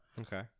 Okay